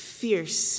fierce